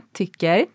tycker